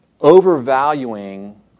overvaluing